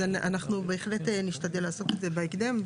אנחנו בהחלט נשתדל לעשות את זה בהקדם,